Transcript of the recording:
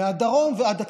מהדרום ועד הצפון,